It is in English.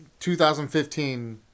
2015